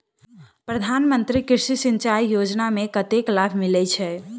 प्रधान मंत्री कृषि सिंचाई योजना मे कतेक लाभ मिलय छै?